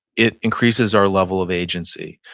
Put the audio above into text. it increases our level of agency.